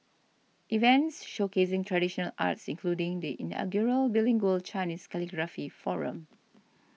events showcasing traditional arts including the inaugural bilingual Chinese calligraphy forum